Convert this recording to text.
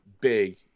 big